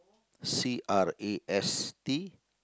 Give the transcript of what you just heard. C R A S T